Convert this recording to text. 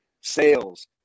sales